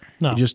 No